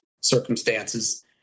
circumstances